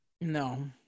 No